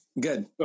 Good